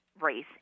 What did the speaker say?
race